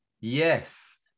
Yes